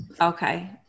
Okay